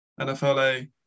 NFLA